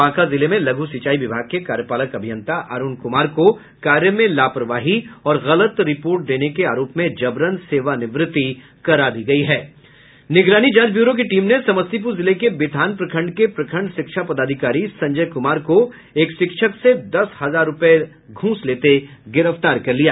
बांका जिले में लघु सिंचाई विभाग के कार्यपालक अभियंता अरूण कुमार को कार्य में लापरवाही और गलत रिपोर्ट देने के आरोप में जबरन सेवानिवृत्ति करा दी गयी है निगरानी जांच ब्यूरो की टीम ने समस्तीपुर जिले के बिथान प्रखंड के प्रखंड शिक्षा पदाधिकारी संजय कुमार को एक शिक्षक से दस हजार रूपये घूस लेते गिरफ्तार कर लिया